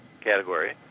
category